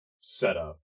setup